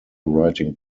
writing